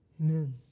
Amen